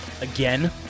Again